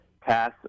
pass